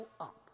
up